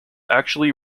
actually